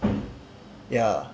ya